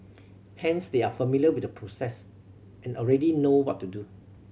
hence they are familiar with the process and already know what to do